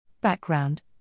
Background